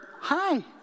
hi